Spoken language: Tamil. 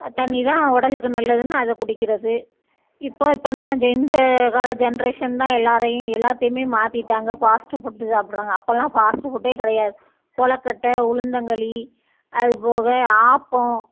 தண்ணிதான் உடலுக்கு நல்லதுன்னு அதை குடிக்கிறது இப்போ இப்போந்தான் ஜெ இந்த கால ஜெண்ட்ரேஷன் தான் எல்லோரையும் எல்லாத்தையுமே மாற்றிட்டாங்க ஃபாஸ்ட்டு ஃபுட்டு சாப்பிட்றாங்க அப்போலாம் ஃபாஸ்ட்டு ஃபுட்டே கிடையாது கொழுக்கட்ட உளுந்தங்களி அதுபோக ஆப்பம்